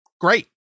Great